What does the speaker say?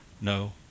no